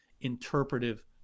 interpretive